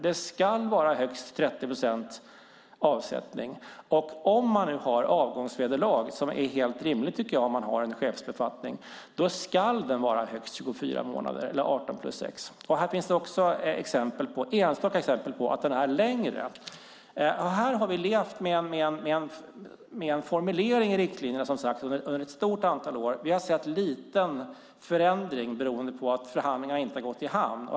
Det ska vara högst 30 procents avsättning. Om man nu har avgångsvederlag, som är helt rimligt om man har en chefsbefattning, ska det gälla högst 24 månader eller 18 + 6. Här finns enstaka exempel på att det gäller längre. Här har vi levt med en formulering i riktlinjerna under ett stort antal år. Vi har sett liten förändring beroende på att förhandlingarna inte har gått i hamn.